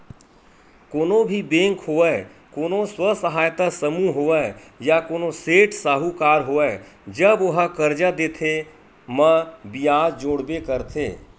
कोनो भी बेंक होवय कोनो स्व सहायता समूह होवय या कोनो सेठ साहूकार होवय जब ओहा करजा देथे म बियाज जोड़बे करथे